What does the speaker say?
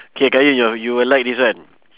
K qayyum yo~ you will like this one